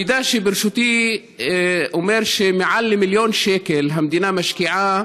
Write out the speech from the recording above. המידע שברשותי אומר שמעל למיליון שקל המדינה משקיעה